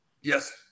Yes